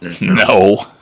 No